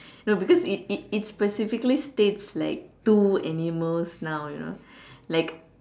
no because it it it specifically states like two animals now you know like